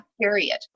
period